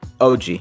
OG